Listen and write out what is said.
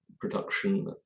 production